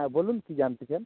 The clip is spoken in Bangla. হ্যাঁ বলুন কী জানতে চান